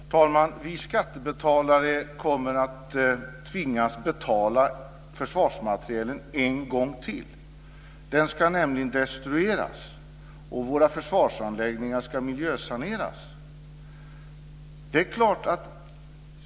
Fru talman! Vi skattebetalare kommer att tvingas betala försvarsmaterielen en gång till. Den ska nämligen destrueras, och våra försvarsanläggningar ska miljösaneras.